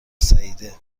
سعیده